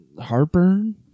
heartburn